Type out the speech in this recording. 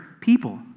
people